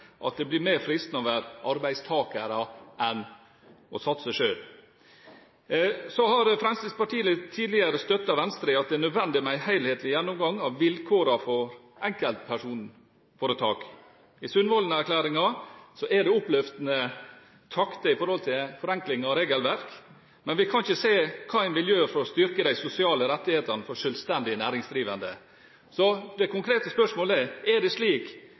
at det blir mer fristende å være arbeidstakere enn å satse selv. Fremskrittspartiet har tidligere støttet Venstre i at det er nødvendig med en helhetlig gjennomgang av vilkårene for enkeltmannsforetak. I Sundvolden-erklæringen er det oppløftende takter når det gjelder forenkling av regelverk, men vi kan ikke se hva man vil gjøre for å styrke de sosiale rettighetene for selvstendig næringsdrivende. Det konkrete spørsmålet er: Er det slik